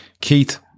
Keith